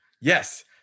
Yes